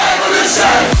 Evolution